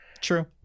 True